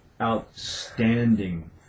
Outstanding